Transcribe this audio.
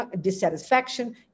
dissatisfaction